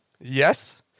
yes